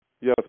Yes